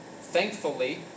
Thankfully